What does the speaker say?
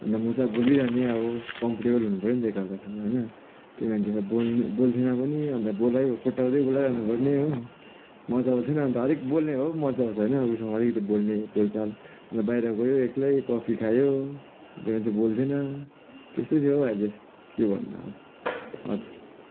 अन्त म चाहिँ अब बोलिरहने अब कम्फोर्टेबल हुनुपर्यो नि त एकाअर्कासँग होइन त्यो मान्छे त बोल्ने बोल्थिएन पनि अन्त बोलायो कोट्याउँदै बोलाइरनुपर्ने हो मजा आउँथेन नि त अलिक बोल्ने भए पो मजा आउँछ होइन आफूसँग अलिकति बोल्ने बोलचाल अन्त बाहिर गयो एक्लै कफी खायो त्यो मान्छे बोल्थिएन त्यस्तै थियो हो अहिले के भन्नु अब हजुर